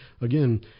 again